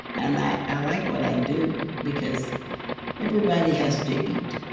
and i i like what i do because everybody has to eat.